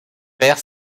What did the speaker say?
perd